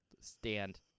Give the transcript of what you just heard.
stand